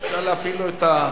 רבותי, החלטת ועדת החוקה,